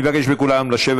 אני מבקש מכולם לשבת.